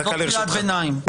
זאת קריאת ביניים.